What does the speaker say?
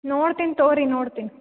ನೋಡ್ತೀನಿ ತೊಗೊರಿ ನೋಡ್ತೀನಿ